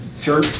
Sure